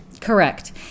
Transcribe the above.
Correct